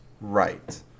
Right